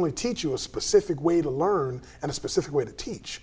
only teach you a specific way to learn and a specific way to teach